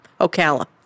Ocala